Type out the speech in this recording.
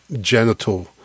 genital